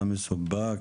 אתה מסופק?